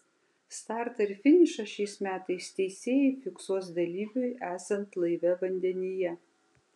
startą ir finišą šiais metais teisėjai fiksuos dalyviui esant laive vandenyje